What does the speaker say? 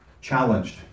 challenged